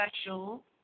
special